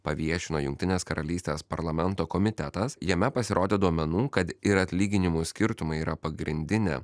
paviešino jungtinės karalystės parlamento komitetas jame pasirodė duomenų kad ir atlyginimų skirtumai yra pagrindinė